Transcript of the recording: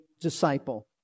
disciple